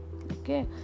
Okay